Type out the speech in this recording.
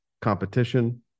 competition